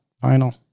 final